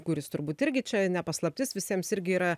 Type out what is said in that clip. kuris turbūt irgi čia ne paslaptis visiems irgi yra